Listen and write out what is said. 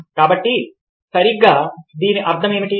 కాబట్టి సరిగ్గా దీని అర్థం ఏమిటి